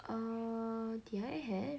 err did I have